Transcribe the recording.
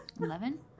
Eleven